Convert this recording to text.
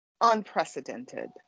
unprecedented